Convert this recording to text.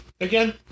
Again